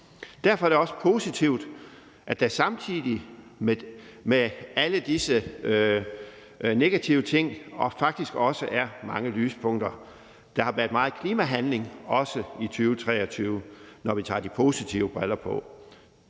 Derfor er det også positivt, at der samtidig med alle disse negative ting faktisk også er mange lyspunkter. Der har været meget klimahandling, også i 2023, når vi tager de positive briller på;